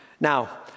Now